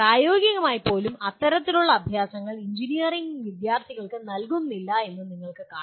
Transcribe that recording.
പ്രായോഗികമായി പോലും ഇത്തരത്തിലുള്ള അഭ്യാസങ്ങൾ എഞ്ചിനീയറിംഗ് വിദ്യാർത്ഥികൾക്ക് നൽകുന്നില്ലെന്ന് നിങ്ങൾക്ക് കാണാം